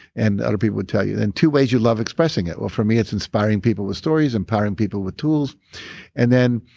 and other people would tell you. and two ways you love expressing it. well, for me it's inspiring people with stories, empowering people with tools and then,